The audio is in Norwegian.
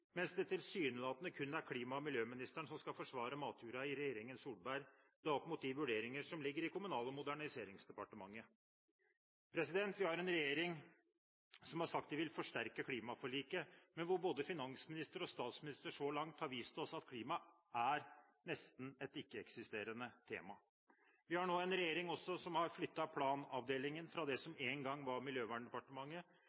mens det tilsynelatende kun er klima- og miljøministeren i regjeringen Solberg som skal forsvare matjorda – mot vurderinger som foreligger i Kommunal- og moderniseringsdepartementet. Vi har en regjering som har sagt den vil forsterke klimaforliket, men både finansministeren og statsministeren har så langt vist oss at klima nesten er et ikke-eksisterende tema. Vi har en regjering som har flyttet planavdelingen fra det